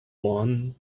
one